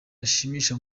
ashimisha